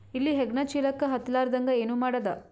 ಇಲಿ ಹೆಗ್ಗಣ ಚೀಲಕ್ಕ ಹತ್ತ ಲಾರದಂಗ ಏನ ಮಾಡದ?